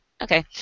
okay